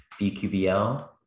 BQBL